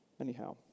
Anyhow